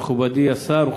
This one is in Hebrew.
מכובדי השר,